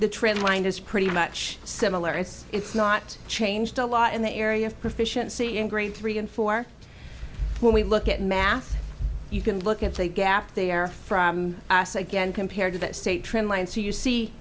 the trend line is pretty much similar it's it's not changed a lot in the area of proficiency in grade three and four when we look at math you can look at the gap there for us again compared to that state